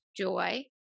joy